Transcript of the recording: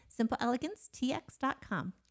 simpleelegancetx.com